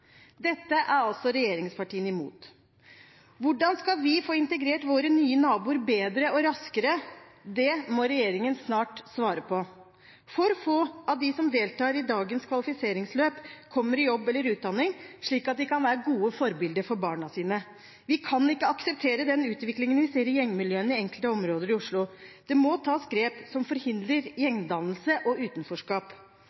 Dette er altså regjeringspartiene imot. Hvordan skal vi få integrert våre nye naboer bedre og raskere? Det må regjeringen snart svare på. For få av dem som deltar i dagens kvalifiseringsløp, kommer i jobb eller utdanning, slik at de kan være gode forbilder for barna sine. Vi kan ikke akseptere den utviklingen vi ser i gjengmiljøene i enkelte områder i Oslo. Det må tas grep som forhindrer